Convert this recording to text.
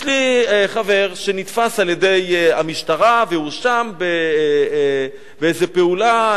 יש לי חבר שנתפס על-ידי המשטרה והואשם באיזו פעולה,